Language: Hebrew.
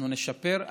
אנחנו נשפר,